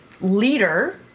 leader